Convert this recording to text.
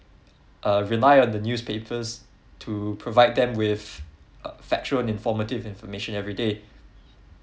uh rely on the newspapers to provide them with uh factual informative information everyday